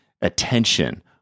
attention